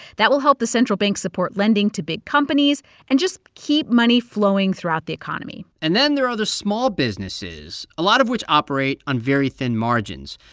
that will help the central bank support lending to big companies and just keep money flowing throughout the economy and then there are the small businesses, a lot of which operate on very thin margins.